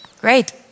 Great